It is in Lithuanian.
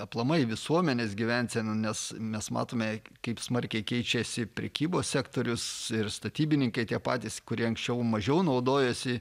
aplamai visuomenės gyvensena nes mes matome kaip smarkiai keičiasi prekybos sektorius ir statybininkai tie patys kurie anksčiau mažiau naudojosi